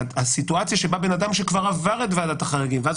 הסיטואציה שבה בן אדם שכבר עבר את ועדת החריגים ואז